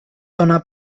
dóna